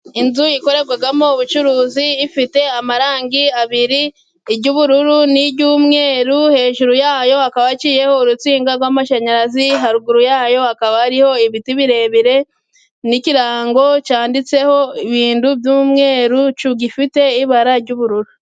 Inzu ikorerwamo ubucuruzi ,ifite amarangi abiri ;iry'ubururu n'iry'umweru . Hejuru yayo hakaba haciyeho urutsinga rw'amashanyarazi ,haruguru yayo hakaba hariho ibiti birebire n'ikirango cyanditseho ibintu by'umweru gifite ibara ry'ubururu.